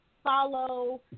Follow